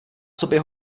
sobě